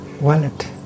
wallet